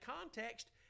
context